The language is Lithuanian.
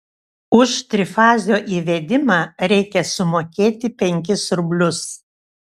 už trifazio įvedimą reikia sumokėti penkis rublius